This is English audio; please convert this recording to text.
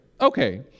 Okay